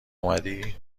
اومدی